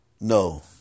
no